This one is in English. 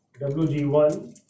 WG1